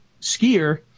skier